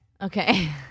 Okay